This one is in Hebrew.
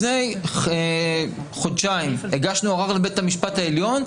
לפני חודשיים הגשנו ערר לבית המשפט העליון,